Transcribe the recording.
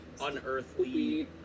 unearthly